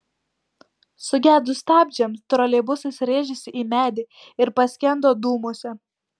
sugedus stabdžiams troleibusas rėžėsi į medį ir paskendo dūmuose